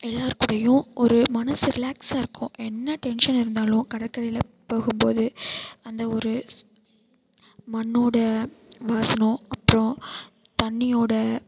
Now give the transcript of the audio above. எல்லோர் கூடயும் ஒரு மனசு ரிலாக்ஸா இருக்கும் என்ன டென்ஷன் இருந்தாலும் கடற்கரையில் போகும்போது அந்த ஒரு மண்ணோட வாசம் அப்புறம் தண்ணியோட